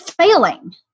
failing